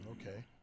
Okay